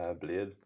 Blade